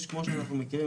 כמו שאנחנו מכירים,